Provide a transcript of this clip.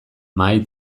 mahai